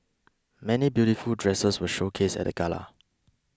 many beautiful dresses were showcased at the gala